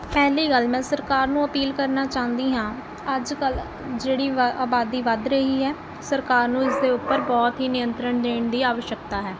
ਪਹਿਲੀ ਗੱਲ ਮੈਂ ਸਰਕਾਰ ਨੂੰ ਅਪੀਲ ਕਰਨਾ ਚਾਹੁੰਦੀ ਹਾਂ ਅੱਜ ਕੱਲ੍ਹ ਜਿਹੜੀ ਅਬਾ ਆਬਾਦੀ ਵੱਧ ਰਹੀ ਹੈ ਸਰਕਾਰ ਨੂੰ ਇਸਦੇ ਉੱਪਰ ਬਹੁਤ ਹੀ ਨਿਯੰਤਰਣ ਦੇਣ ਦੀ ਅਵਸ਼ੱਕਤਾ ਹੈ